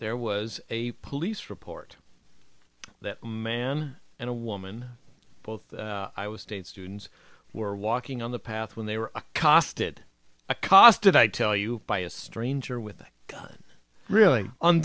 there was a police report that a man and a woman both i was state students were walking on the path when they were accosted accosted i tell you by a stranger with a gun really on